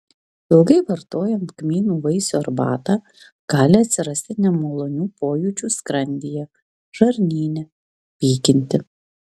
ilgai vartojant kmynų vaisių arbatą gali atsirasti nemalonių pojūčių skrandyje žarnyne pykinti